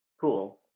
Cool